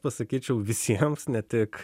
pasakyčiau visiems ne tik